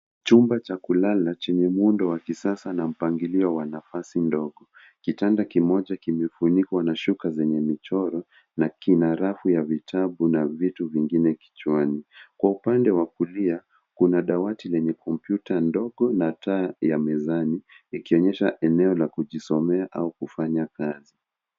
Chumba cha kulala chenye muundo wa kisasa na mpangilio wa nafazi ndogo. Kitanda kimoja kimefunikwa na shuka zenye michoro na kina rafu ya vitabu na vitu vingine kichwani. Kwa upande wa kulia, kuna dawati lenye kompyuta ndogo na taa ya mezani ikionyesha eneo la kujisomea au kufanya kazi.